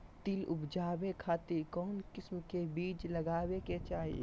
तिल उबजाबे खातिर कौन किस्म के बीज लगावे के चाही?